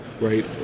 right